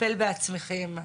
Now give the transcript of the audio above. לטפל בעצמכם.